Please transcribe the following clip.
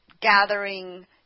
gathering